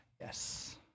Yes